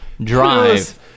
Drive